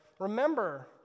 remember